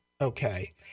Okay